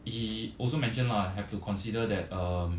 he also mentioned lah have to consider that um